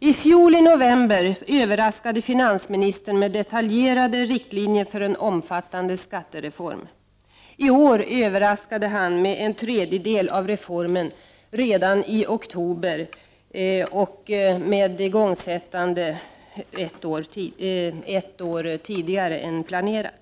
I fjol i november överraskade finansministern med detaljerade riktlinjer för en omfattande skattereform. I år överraskade han med en tredjedel av reformen redan i oktober, med igångsättande ett år tidigare än planerat.